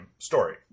story